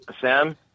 Sam